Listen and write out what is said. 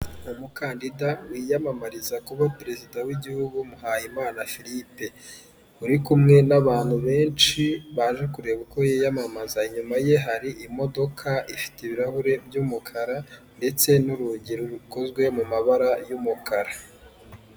Umukandida wiyamamariza kuba perezida w'igihugu Muhayimana Philipe uri kumwe n'abantu benshi baje kureba uko yiyamamaza, inyuma ye hari imodoka ifite ibirahuri by'umukara ndetse n'urugi rukozwe mu mabara y'umukara.